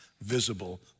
visible